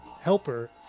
helper